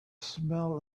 smell